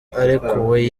arekuwe